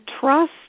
trust